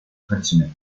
traditionnel